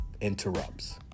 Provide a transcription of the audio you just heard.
interrupts